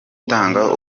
gutanga